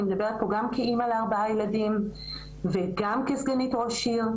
אני מדברת פה גם כאמא לארבעה ילדים וגם כסגנית ראש עיר,